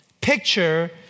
Picture